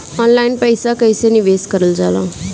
Online पईसा कईसे निवेश करल जाला?